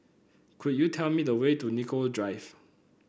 could you tell me the way to Nicoll Drive